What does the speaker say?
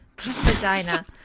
Vagina